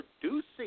producing